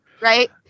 right